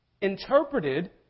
interpreted